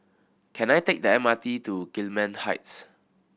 can I take the M R T to Gillman Heights